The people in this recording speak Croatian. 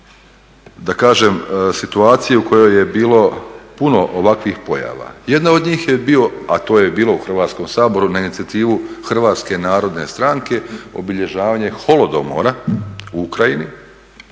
i jedne situacije u kojoj je bilo puno ovakvih pojava. Jedna od njih je bio, a to je bilo u Hrvatskom saboru na inicijativu HNS-a obilježavanje holodomora u Ukrajini